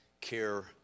care